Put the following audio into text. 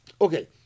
Okay